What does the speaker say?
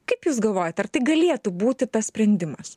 kaip jūs galvojat ar tai galėtų būti tas sprendimas